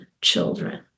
children